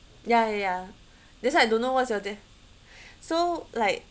ya ya ya that's why I don't know what's your de~ so like